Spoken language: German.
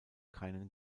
keinen